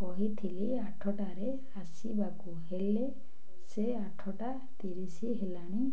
କହିଥିଲି ଆଠଟାରେ ଆସିବାକୁ ହେଲେ ସେ ଆଠଟା ତିରିଶି ହେଲାଣି